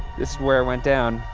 this is where it went down,